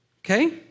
Okay